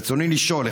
רצוני לשאול: